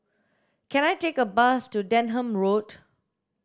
can I take a bus to Denham Road